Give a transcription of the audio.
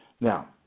Now